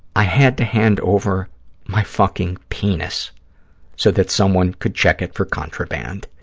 i had to hand over my fucking penis so that someone could check it for contraband.